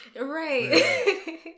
Right